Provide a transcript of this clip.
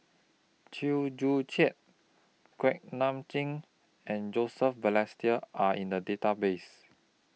Chew Joo Chiat Kuak Nam Jin and Joseph Balestier Are in The Database